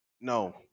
No